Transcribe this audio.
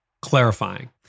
clarifying